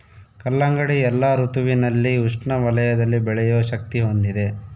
ಕಲ್ಲಂಗಡಿ ಎಲ್ಲಾ ಋತುವಿನಲ್ಲಿ ಉಷ್ಣ ವಲಯದಲ್ಲಿ ಬೆಳೆಯೋ ಶಕ್ತಿ ಹೊಂದಿದೆ